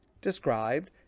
described